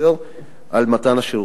מתן השירותים.